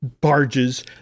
barges